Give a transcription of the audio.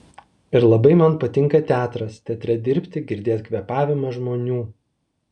ir labai man patinka teatras teatre dirbti girdėt kvėpavimą žmonių